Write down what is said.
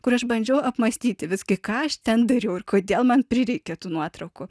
kur aš bandžiau apmąstyti visgi ką aš ten dariau ir kodėl man prireikė tų nuotraukų